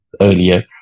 earlier